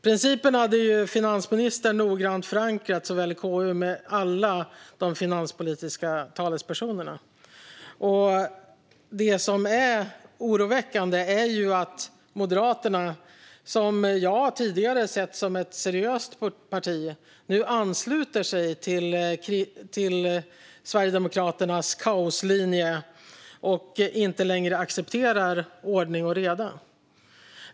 Principen hade finansministern noggrant förankrat såväl i KU som med alla de finanspolitiska talespersonerna. Det oroväckande är att Moderaterna, som jag tidigare har sett som ett seriöst parti, nu ansluter sig till Sverigedemokraternas kaoslinje och inte längre accepterar ordning och reda.